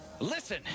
Listen